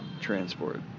transport